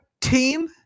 team